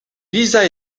lisa